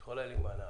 את יכולה להימנע,